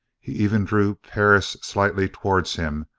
he even drew perris slightly towards him,